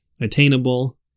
attainable